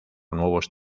nuevos